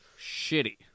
Shitty